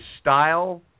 style